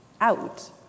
out